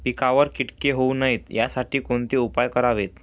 पिकावर किटके होऊ नयेत यासाठी कोणते उपाय करावेत?